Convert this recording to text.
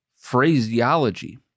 phraseology